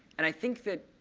and i think that